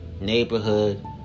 ...neighborhood